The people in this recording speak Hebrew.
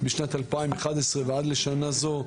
משנת 2011 ועד לשנה זו,